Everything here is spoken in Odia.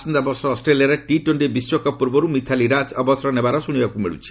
ଆସନ୍ତାବର୍ଷ ଅଷ୍ଟ୍ରେଲିଆରେ ଟି ଟୋର୍ଷି ବିଶ୍ୱକପ୍ ପୂର୍ବରୁ ମିଥାଲି ରାଜ୍ ଅବସର ନେବାର ଶୁଣିବାକୁ ମିଳୁଛି